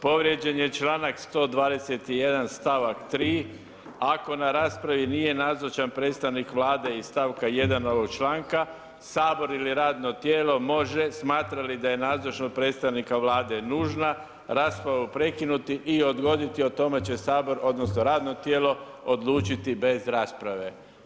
Povrijeđen je čl. 121., st. 3. ako na raspravi nije nazočan predstavnik Vlade iz st. 1. ovog članka Sabor ili radno tijelo može smatra li da je nazočnost predstavnika Vlade nužna raspravu prekinuti i odgoditi o tome će Sabor odnosno radno tijelo odučiti bez rasprave.